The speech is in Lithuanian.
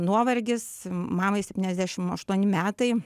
nuovargis mamai septyniasdešim aštuoni metai